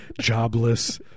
Jobless